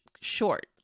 short